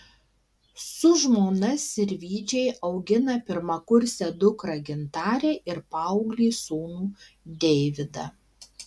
su žmona sirvydžiai augina pirmakursę dukrą gintarę ir paauglį sūnų deividą